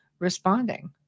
Responding